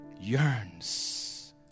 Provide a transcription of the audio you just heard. yearns